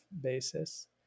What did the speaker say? basis